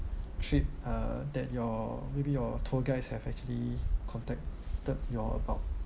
trip uh that your maybe your tour guides have actually contacted you all about